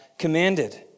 commanded